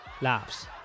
laughs